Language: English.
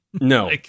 No